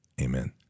amen